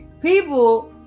people